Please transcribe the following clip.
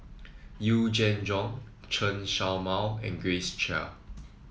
Yee Jenn Jong Chen Show Mao and Grace Chia